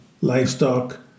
livestock